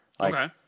Okay